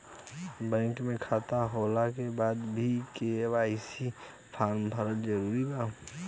Bank में खाता होला के बाद भी के.वाइ.सी फार्म भरल जरूरी बा का?